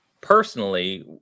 personally